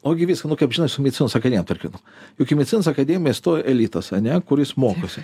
ogi viską nu kaip žinot su medicinos akademija tarkim juk į medicinos akademiją stoja elitas ane kuris mokosi